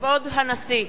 כבוד הנשיא!